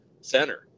center